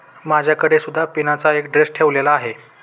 माझ्याकडे सुद्धा पिनाचा एक ड्रेस ठेवलेला आहे